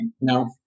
no